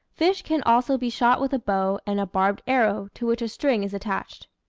fish can also be shot with a bow and a barbed arrow, to which a string is attached.